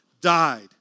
died